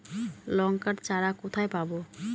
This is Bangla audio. লঙ্কার চারা কোথায় পাবো?